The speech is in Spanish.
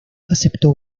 aceptó